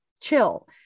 chill